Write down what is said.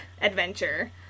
adventure